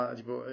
tipo